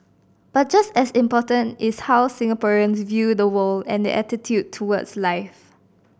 but just as important is how Singaporeans view the world and their attitude towards life